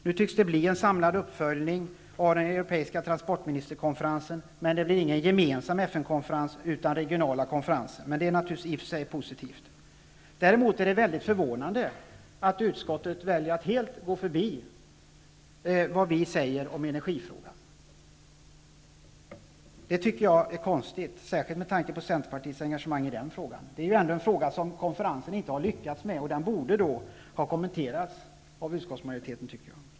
Nu tycks det bli en samlad uppföljning av den europeiska transportministerkonferensen, men det blir ingen gemensam FN-konferens, utan regionala konferenser. Detta är i och för sig naturligtvis positivt. Däremot är det väldigt förvånande att utskottet väljer att helt gå förbi vad vi säger om energifrågan. Jag tycker att det är konstigt, särskilt med tanke på Centerpartiets engagemang i den frågan. Det är ju ändå en fråga som konferensen inte har lyckats med, och den borde då ha kommenterats av utskottsmajoriteten.